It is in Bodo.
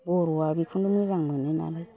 बर'आ बेखौनो मोजां मोनोनालाय